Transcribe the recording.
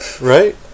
Right